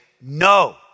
no